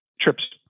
trips